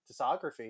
discography